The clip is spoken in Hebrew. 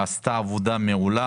היא עשתה עבודה מעולה.